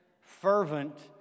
fervent